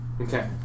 Okay